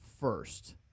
first